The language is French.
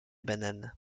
bananes